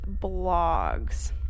blogs